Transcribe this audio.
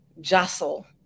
jostle